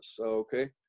Okay